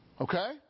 Okay